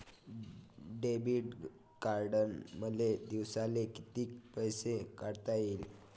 Debit कार्डनं मले दिवसाले कितीक पैसे काढता येईन?